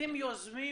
אתם יוזמים